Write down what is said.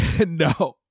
No